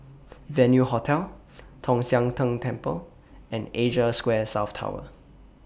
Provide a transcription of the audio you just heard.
Venue Hotel Tong Sian Tng Temple and Asia Square South Tower